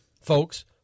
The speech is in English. folks